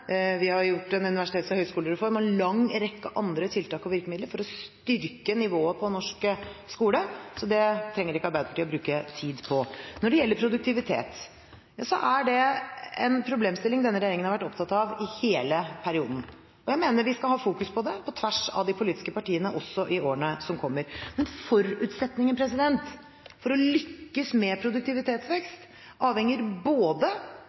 en universitets- og høyskolereform og en lang rekke andre tiltak og virkemidler for å styrke nivået på norske skoler – så det trenger ikke Arbeiderpartiet å bruke tid på. Når det gjelder produktivitet, er det en problemstilling denne regjeringen har vært opptatt av i hele perioden. Jeg mener vi skal fokusere på det, på tvers av de politiske partiene, også i årene som kommer. Men forutsetningen for å lykkes med produktivitetsvekst avhenger